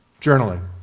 Journaling